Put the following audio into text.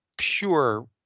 Pure